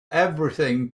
everything